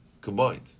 combined